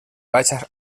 vaig